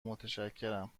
متشکرم